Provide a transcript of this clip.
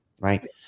right